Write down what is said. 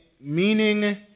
meaning